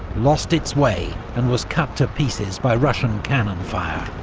lost its way, and was cut to pieces by russian cannon fire.